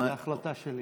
החלטה שלי.